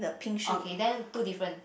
okay then two different